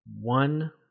one